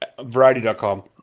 Variety.com